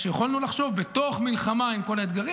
שיכולנו לחשוב בתוך מלחמה עם כל האתגרים.